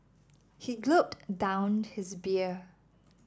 he down his beer